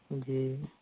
ਜੀ